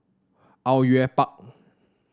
Au Yue Pak